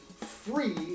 free